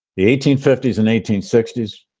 the eighteen fifty s and eighteen sixty s,